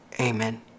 Amen